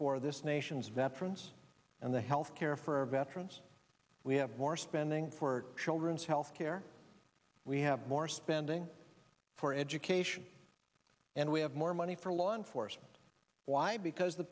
for this nation's veterans and the health care for our veterans we have more spending for children's health care we have more spending for education and we have more money for law enforcement why because the